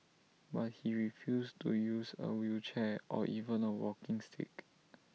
but he refused to use A wheelchair or even A walking stick